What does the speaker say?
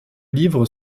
livres